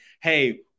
Hey